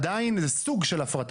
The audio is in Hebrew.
עדיין זה סוג של הפרטה.